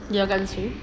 dia akan sue